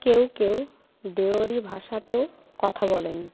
কেউ কেউ দেওরি ভাষাতেও কথা বলেন